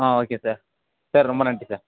ஆ okay sir sir ரொம்ப நன்றி sir